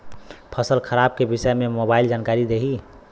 फसल खराब के विषय में मोबाइल जानकारी देही